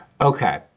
okay